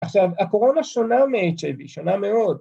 ‫עכשיו, הקורונה שונה מ-HIV, ‫שונה מאוד.